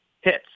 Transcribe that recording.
hits